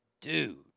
dude